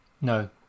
no